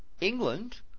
England